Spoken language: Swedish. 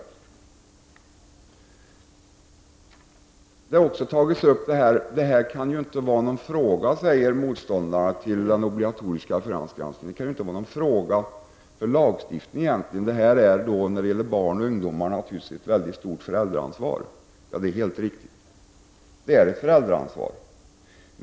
Motståndarna till den obligatoriska förhandsgranskningen har sagt att den egentligen inte kan vara någon fråga för lagstiftning. När det gäller barn och ungdomar har naturligtvis föräldrarna ett stort ansvar. Det är riktigt. Det finns ett föräldraansvar.